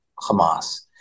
Hamas